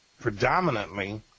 predominantly